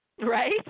right